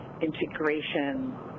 integration